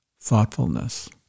thoughtfulness